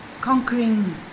conquering